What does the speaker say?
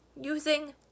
using